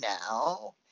now